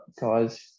guys